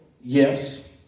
Yes